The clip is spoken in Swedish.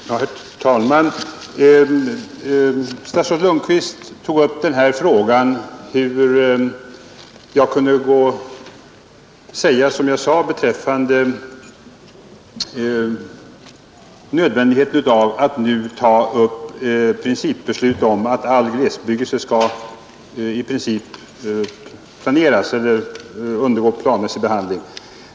Herr talman! Statsrådet Lundkvist tog upp frågan om hur jag kunde säga som jag sade beträffande nödvändigheten av att nu fatta principbeslut om att all glesbebyggelse i princip skall undergå planmässig behandling.